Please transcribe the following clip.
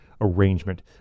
arrangement